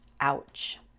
Ouch